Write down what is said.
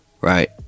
right